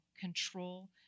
control